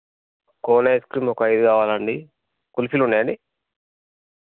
cone ఐస్క్రీమ్లు ఒక ఐదు కావాలండి కుల్ఫీలు ఉన్నాయా అండి